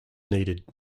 needed